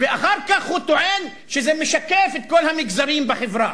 ואחר כך הוא טוען שזה משקף את כל המגזרים בחברה.